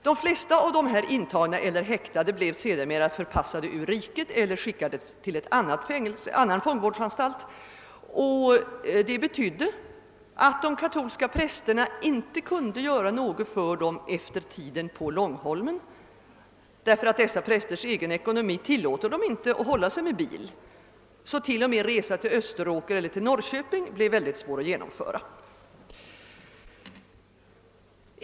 De flesta av de intagna eller häktade blev sedermera förpassade ut ur riket eller skickade till en annan fång vårdsanstalt, vilket betydde att de katolska prästerna inte kunde göra något för dem efter tiden på Långholmen. Dessa prästers egen ekonomi tillåter dem nämligen inte att hålla sig med bil. Till och med resor till Österåker eller Norrköping blev mycket svåra att genomföra.